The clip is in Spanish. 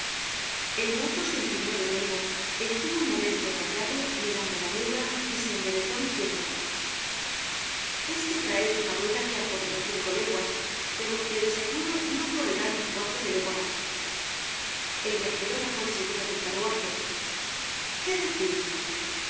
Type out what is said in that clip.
el mozo se inclinó de nuevo estuvo un momento callado mirando la rueda y se enderezó diciendo content from google book search generated at content from google book search generated at es que traeis una rueda que ha corrido cinco leguas pero que de seguro no correrá ni un cuarto de legua mas el viajero bajó en seguida del carruaje qué decís